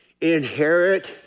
inherit